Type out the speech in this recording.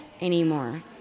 anymore